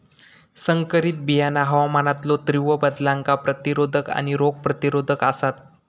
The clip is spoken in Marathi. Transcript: संकरित बियाणा हवामानातलो तीव्र बदलांका प्रतिरोधक आणि रोग प्रतिरोधक आसात